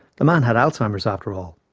the man had alzheimer's, after all.